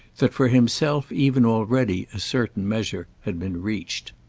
that for himself even already a certain measure had been reached.